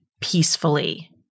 peacefully